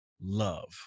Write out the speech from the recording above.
love